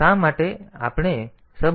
તો શા માટે આપણે સબરૂટિનનો ઉપયોગ કરવો જોઈએ